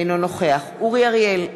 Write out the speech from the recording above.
אינו נוכח אורי אריאל,